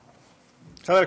2017,